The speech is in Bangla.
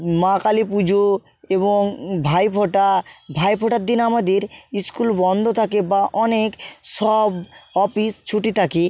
মা কালী পুজো এবং ভাই ফোঁটা ভাই ফোঁটার দিন আমাদের স্কুল বন্ধ থাকে বা অনেক সব অফিস ছুটি থাকে